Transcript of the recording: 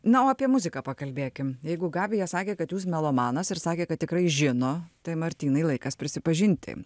na o apie muziką pakalbėkim jeigu gabija sakė kad jūs melomanas ir sakė kad tikrai žino tai martynai laikas prisipažinti